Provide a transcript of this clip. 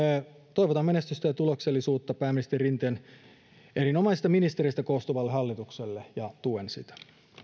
toivotan menestystä ja tuloksellisuutta pääministeri rinteen erinomaisista ministereistä koostuvalle hallitukselle ja tuen sitä